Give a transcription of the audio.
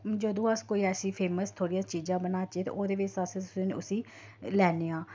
जदूं अस कोई ऐसी फेमस थोह्ड़ियां चीजां बनाचै ते ओह्दे बिच्च अस उसी लैन्ने आं